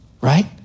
right